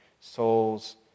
souls